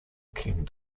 king